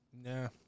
Nah